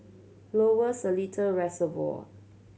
Lower Seletar Reservoir